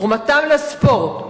תרומתם לספורט,